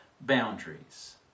boundaries